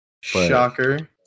Shocker